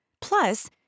Plus